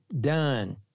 done